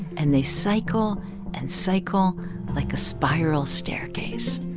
and they cycle and cycle like a spiral staircase